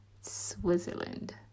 switzerland